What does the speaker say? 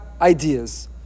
ideas